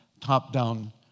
top-down